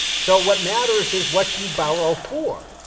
so what matters is what you borrow for,